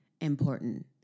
important